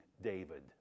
David